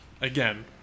again